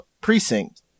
precinct